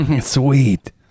Sweet